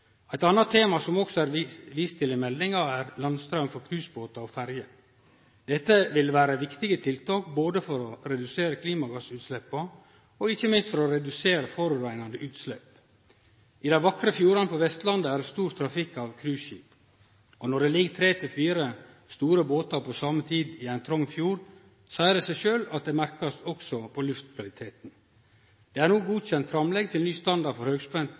Eit anna tema som også er vist til i meldinga, er landstraum for cruisebåtar og ferjer. Dette vil vere viktige tiltak både for å redusere klimagassutsleppa og ikkje minst for å redusere forureinande utslepp. I dei vakre fjordane på Vestlandet er det stor trafikk av cruiseskip. Når det ligg tre–fire store båtar på same tid i ein trong fjord, seier det seg sjølv at ein også merkar det på luftkvaliteten. Det er no godkjent framlegg til ny standard for høgspent